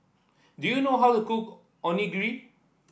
do you know how to cook Onigiri